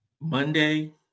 Monday